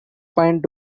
point